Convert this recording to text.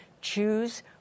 Choose